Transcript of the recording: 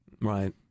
Right